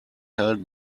held